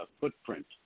footprint